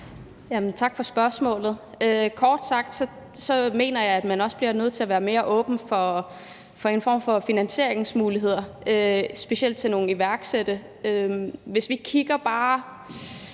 Tak for spørgsmålet. Kort sagt mener jeg, at man også bliver nødt til at være mere åben for en form for finansieringsmuligheder, specielt til iværksættere. For bare